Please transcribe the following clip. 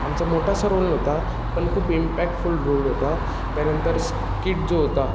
आमचा मोठासा रोल नव्हता पण खूप इंपॅक्टफुल रोल होता त्यानंतर स्किट जो होता